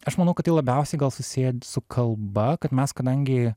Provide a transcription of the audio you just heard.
aš manau kad tai labiausiai gal susiję su kalba kad mes kadangi